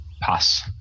pass